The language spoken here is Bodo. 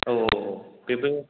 औ औ औ बेबो